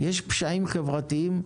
יש פשעים חברתיים,